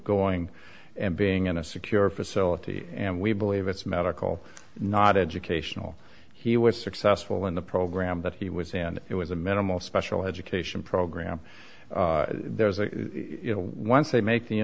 going and being in a secure facility and we believe it's medical not educational he was successful in the program that he was and it was a minimal special education program there's a once they make the